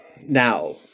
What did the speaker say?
now